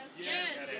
yes